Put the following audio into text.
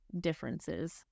differences